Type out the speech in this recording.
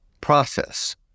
process